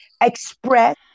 express